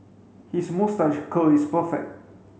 his moustache curl is perfect